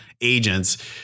agents